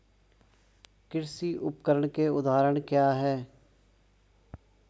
कृषि उपकरण के उदाहरण क्या हैं?